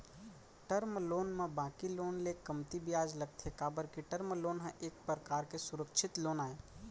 term loan म बाकी loan ले कमती बियाज लगथे काबर के टर्म लोन ह एक परकार के सुरक्छित लोन आय